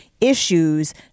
issues